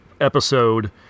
episode